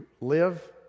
live